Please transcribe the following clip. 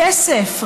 כסף,